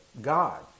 God